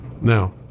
Now